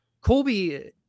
Colby